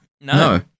no